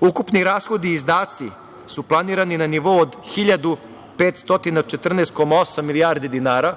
Ukupni rashodi i izdaci su planirani na nivou od 1.514,8 milijardi dinara,